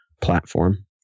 platform